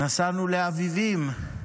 נסענו לאביבים,